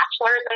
bachelor's